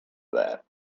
that